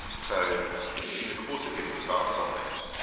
so in the course of getting advice on that,